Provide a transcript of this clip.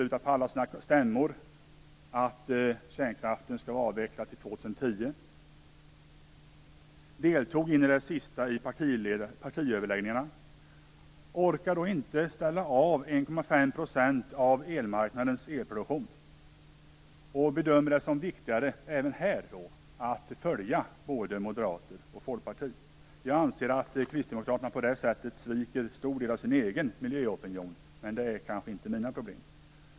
Man har på alla sina stämmor beslutat att kärnkraften skall vara avvecklad till 2010. Man deltog in i det sista i partiöverläggningarna, men man orkar inte ställa av 1,5 % av elmarknadens elproduktion. Man bedömer det även här som viktigare att följa både Moderaterna och Folkpartiet. Jag anser att Kristdemokraterna på det sättet sviker en stor del av sin egen miljöopinion, men det är kanske inte mitt problem.